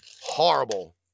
horrible